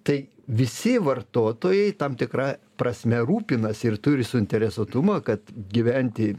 tai visi vartotojai tam tikra prasme rūpinasi ir turi suinteresuotumą kad gyventi